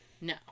No